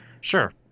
Sure